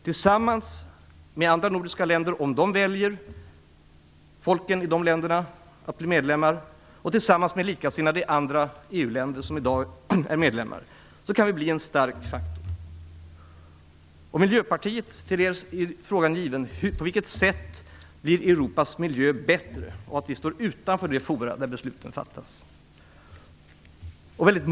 Tillsammans med de andra nordiska länderna - om folken i de länderna väljer att bli medlemmar - och tillsammans med likasinnade i andra EU-länder kan vi bli en stark faktor. Till Miljöpartiet är frågan given: På vilket sätt blir Europas miljö bättre av att vi står utanför det forum där besluten fattas?